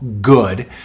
good